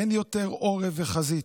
אין יותר עורף וחזית.